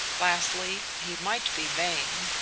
lastly, he might be vain.